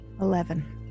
Eleven